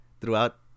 Throughout